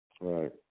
Right